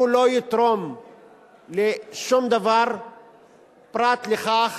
הוא לא יתרום שום דבר פרט לכך